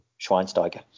Schweinsteiger